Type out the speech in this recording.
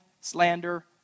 slander